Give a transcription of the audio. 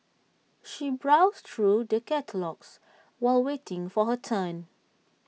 she browsed through the catalogues while waiting for her turn